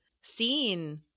seen